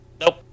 Nope